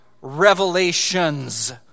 Revelations